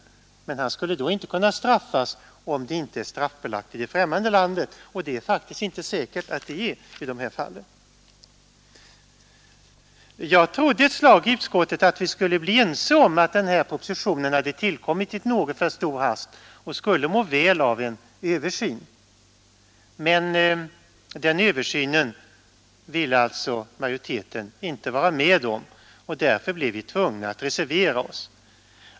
Men denne man skulle alltså inte kunna straffas, om brottet inte är straffbelagt i det främmande landet — något som faktiskt kan vara fallet. Jag trodde ett slag i utskottet att vi skulle bli överens om att denna proposition hade tillkommit i något för stor hast och skulle må väl av en översyn. Men den översynen ville alltså majoriteten inte vara med om, och därför blev vi tvungna att reservera oss.